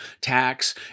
tax